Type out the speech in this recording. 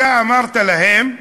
אתה אמרת להם: